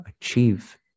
achieve